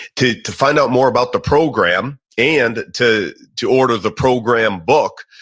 to to find out more about the program and to to order the program book,